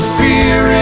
fear